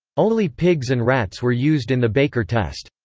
only pigs and rats were used in the baker test.